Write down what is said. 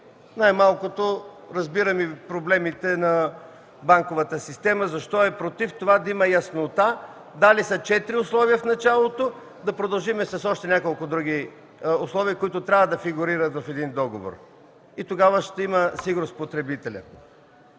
Най-малкото, разбирам проблемите на банковата система. Защо е против това да има яснота?! Дали са четири условия в началото@ Да продължим с още няколко други условия, които трябва да фигурират в един договор. Тогава потребителят